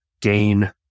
gain